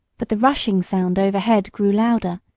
but the rushing sound overhead grew louder,